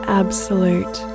absolute